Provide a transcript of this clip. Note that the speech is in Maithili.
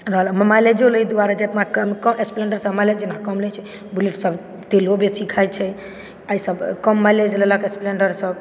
रहल अपन माइलेजो लै दुआरे जेना जेना कम स्पलेंडरसभ माइलेज जेना कम लैत छै बुलेटसभ तेलो बेसी खाइत छै आ ईसभ कम माइलेज लेलक स्प्लेण्डरसभ